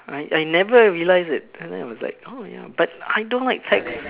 I never realize it then I was like oh ya but I don't like tech